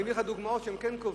אני מביא לך דוגמאות שהם כן קובעים,